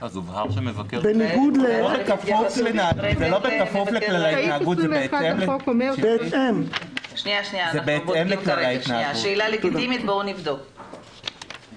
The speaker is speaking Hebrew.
סעיף 21 אומר שגם המבקרים צריכים